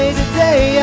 today